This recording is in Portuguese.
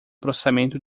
processamento